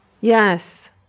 Yes